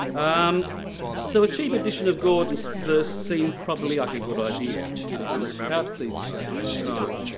um so a cheap edition of gordon's verse seemed probably like a good idea. a crowd-pleasing idea at the time.